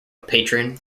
patron